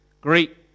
great